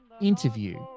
interview